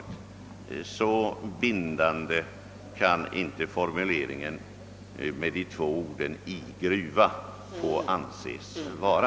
Så bindande kan formuleringen med de två orden »i gruva» inte anses få vara.